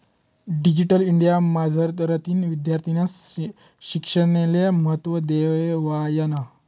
digital India मझारतीन विद्यार्थीस्ना शिक्षणले महत्त्व देवायनं